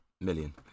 million